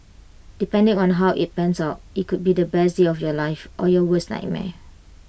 depending on how IT pans out IT could be the best year of your life or your worst nightmare